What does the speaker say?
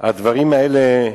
הדברים האלה,